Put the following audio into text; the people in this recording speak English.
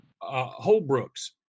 Holbrooks